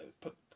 put